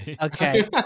Okay